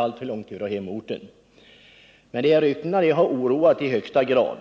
alltför långt från hemorten. Men rykten om indragning av uppkörningsställen har oroat i hög grad.